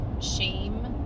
shame